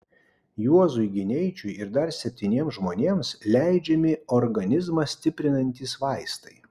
juozui gineičiui ir dar septyniems žmonėms leidžiami organizmą stiprinantys vaistai